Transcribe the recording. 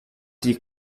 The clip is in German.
die